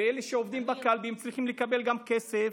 ואלה שעובדים בקלפי צריכים לקבל כסף,